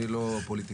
אני לא פוליטיקאי.